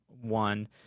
one